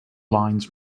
lines